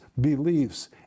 beliefs